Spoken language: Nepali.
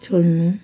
छोड्नु